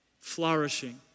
Flourishing